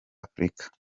afurika